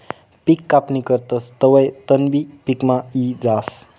पिक कापणी करतस तवंय तणबी पिकमा यी जास